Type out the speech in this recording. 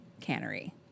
cannery